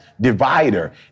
divider